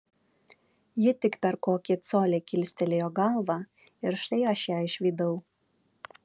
ji tik per kokį colį kilstelėjo galvą ir štai aš ją išvydau